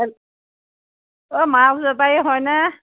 অই মাছ বেপাৰী হয়নে